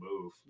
move